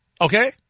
Okay